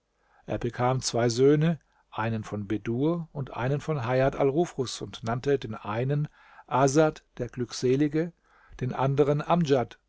er bekam zwei söhne einen von bedur und einen von hajat al nufus und nannte den einen asad der glückselige den anderen amdjad